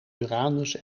uranus